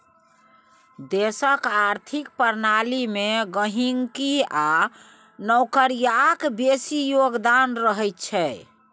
देशक आर्थिक प्रणाली मे गहिंकी आ नौकरियाक बेसी योगदान रहैत छै